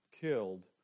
killed